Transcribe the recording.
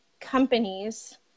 companies